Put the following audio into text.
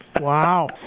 Wow